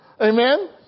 Amen